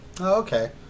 Okay